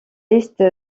liste